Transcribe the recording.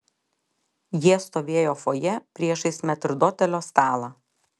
jie stovėjo fojė priešais metrdotelio stalą